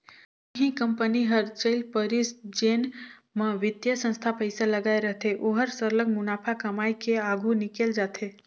कहीं कंपनी हर चइल परिस जेन म बित्तीय संस्था पइसा लगाए रहथे ओहर सरलग मुनाफा कमाए के आघु निकेल जाथे